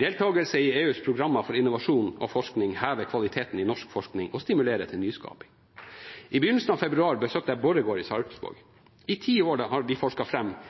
Deltakelse i EUs programmer for innovasjon og forskning hever kvaliteten i norsk forskning og stimulerer til nyskaping. I begynnelsen av februar besøkte jeg Borregaard i Sarpsborg. I ti år har de